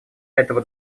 этого